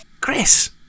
Chris